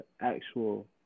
actual